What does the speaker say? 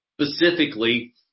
specifically